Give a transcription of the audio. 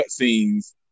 cutscenes